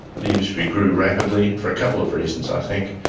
the industry grew rapidly for a couple of reasons i think.